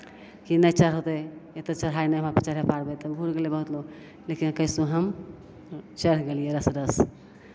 कि नहि चढ़ होतै एतेक चढ़ाइ नहि हमरा चढ़ै पारबै तऽ घुरि गेलै बहुत लोक लेकिन कइसो हम चढ़ि गेलियै रसे रसे